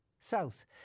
South